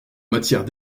matière